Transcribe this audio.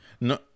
no